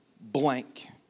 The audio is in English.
blank